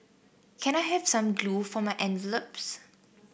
can I have some glue for my envelopes